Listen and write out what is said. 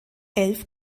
elf